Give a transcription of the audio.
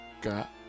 got